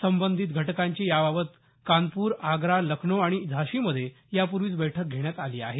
संबंधित घटकांची याबाबत कानपूर आग्रा लखनौ आणि झाशीमध्ये यापूर्वीच बैठक घेण्यात आली आहे